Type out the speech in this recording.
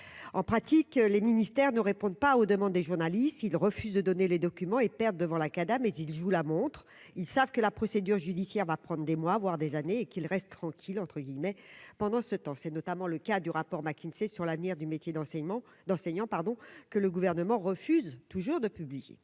en pratique, les ministères ne répondent pas aux demandes des journalistes, ils refusent de donner les documents et perdent devant la Cada, mais il joue la montre, ils savent que la procédure judiciaire va prendre des mois voire des années, et qu'il reste tranquille, entre guillemets, pendant ce temps, c'est notamment le cas du rapport McKinsey sur l'avenir du métier d'enseignement, d'enseignants, pardon, que le gouvernement refuse toujours de publier